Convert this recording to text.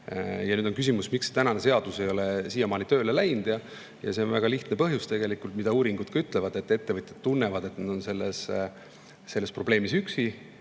Ja nüüd on küsimus, miks kehtiv seadus ei ole siiamaani tööle hakanud. Sellel on väga lihtne põhjus tegelikult, uuringud ütlevad seda, et ettevõtjad tunnevad, et nad on selles probleemis üksi,